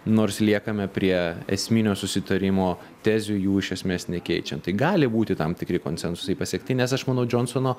nors liekame prie esminio susitarimo tezių jų iš esmės nekeičiant tai gali būti tam tikri konsensusai pasiekti nes aš manau džonsono